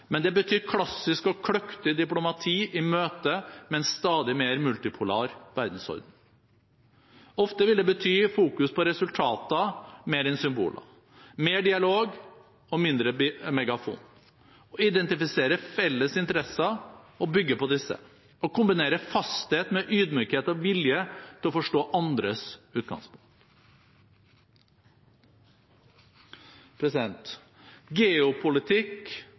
men det betyr klassisk og kløktig diplomati i møte med en stadig mer multipolar verdensorden. Ofte vil det bety fokus på resultater mer enn symboler, mer dialog og mindre megafon, å identifisere felles interesser og bygge på disse og å kombinere fasthet med ydmykhet og vilje til å forstå andres utgangspunkt. Geopolitikk